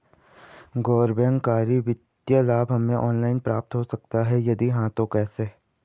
गैर बैंक करी वित्तीय लाभ हमें ऑनलाइन प्राप्त हो सकता है यदि हाँ तो कैसे?